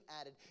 added